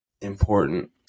important